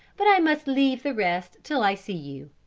but i must leave the rest till i see you.